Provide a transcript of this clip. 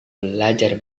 belajar